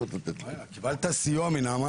קיבלת סיוע מנעמה